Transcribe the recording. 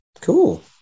Cool